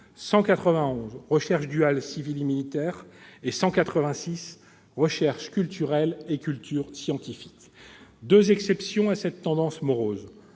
191, « Recherche duale (civile et militaire) », et 186, « Recherche culturelle et culture scientifique ». Deux exceptions à cette tendance morose